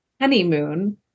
honeymoon